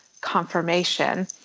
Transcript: confirmation